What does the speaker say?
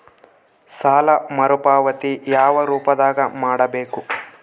ಸಾಲ ಮರುಪಾವತಿ ಯಾವ ರೂಪದಾಗ ಮಾಡಬೇಕು?